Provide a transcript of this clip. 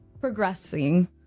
progressing